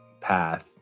path